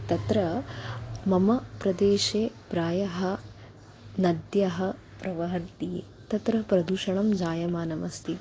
तत्र मम प्रदेशे प्रायः नद्यः प्रवहन्ति तत्र प्रदूषणं जायमानमस्ति